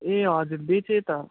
ए हजुर बेचेँ त